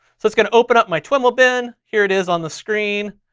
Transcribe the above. so it's gonna open up my twiml bin, here it is on the screen.